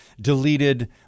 deleted